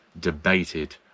debated